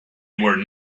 were